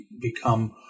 become